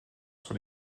sur